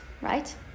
right